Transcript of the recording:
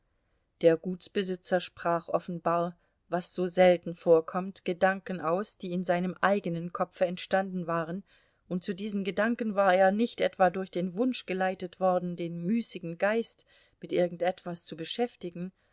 der gutsbesitzer sprach offenbar was so selten vorkommt gedanken aus die in seinem eigenen kopfe entstanden waren und zu diesen gedanken war er nicht etwa durch den wunsch geleitet worden den müßigen geist mit irgend etwas zu beschäftigen